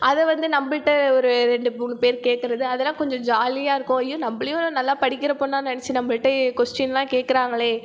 அதை வந்து நம்மள்ட்ட ஒரு ரெண்டு மூணு பேர் கேட்கறது அதெல்லாம் கொஞ்சம் ஜாலியாக இருக்கும் ஐயோ நம்மளையும் நல்லா படிக்கிற பெண்ணா நினச்சு நம்மள்ட்ட கொஸ்டினெல்லாம் கேட்கறாங்களே